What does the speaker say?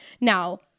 Now